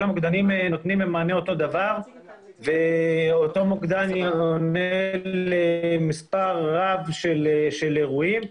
כל המוקדנים נותנים אותו מענה ואותו מוקדן עונה למספר רב של אירועים.